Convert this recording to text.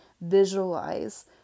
visualize